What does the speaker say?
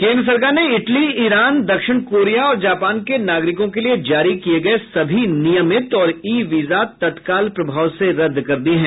केन्द्र सरकार ने इटली ईरान दक्षिण कोरिया और जापान के नागरिकों के लिए जारी किये गये सभी नियमित और ई वीजा तत्काल प्रभाव से रद्द कर दिये हैं